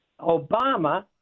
Obama